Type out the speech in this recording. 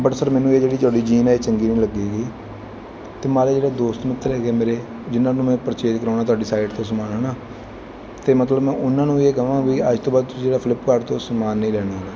but sir ਮੈਨੂੰ ਇਹ ਜਿਹੜੀ ਤੁਹਾਡੀ ਜੀਨ ਹੈ ਇਹ ਚੰਗੀ ਨਹੀਂ ਲੱਗੀ ਹੈਗੀ ਅਤੇ ਮਾਰੇ ਜਿਹੜੇ ਦੋਸਤ ਮਿੱਤਰ ਹੈਗੇ ਮੇਰੇ ਜਿਹਨਾਂ ਨੂੰ ਮੈਂ ਪਰਚੇਜ ਕਰਾਉਣਾ ਤੁਹਾਡੀ ਸਾਈਟ ਤੋਂ ਸਮਾਨ ਹੈ ਨਾ ਅਤੇ ਮਤਲਬ ਮੈਂ ਉਹਨਾਂ ਨੂੰ ਇਹ ਕਹਾਂ ਵੀ ਅੱਜ ਤੋਂ ਬਾਅਦ ਤੁਸੀਂ ਜਿਹੜਾ ਫਲਿਪਕਾਰਟ ਤੋਂ ਸਮਾਨ ਨਹੀਂ ਲੈਣਾ ਹੈਗਾ